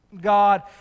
God